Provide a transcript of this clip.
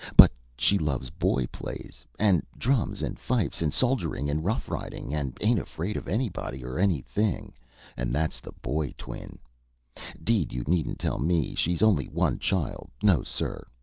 but she loves boy-plays, and drums and fifes and soldiering, and rough-riding, and ain't afraid of anybody or anything and that's the boy-twin deed you needn't tell me she's only one child no, sir,